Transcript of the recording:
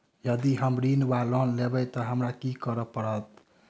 यदि हम ऋण वा लोन लेबै तऽ हमरा की करऽ पड़त?